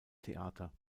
theater